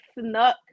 snuck